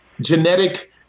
genetic